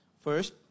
First